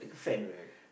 correct